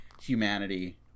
humanity